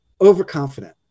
overconfident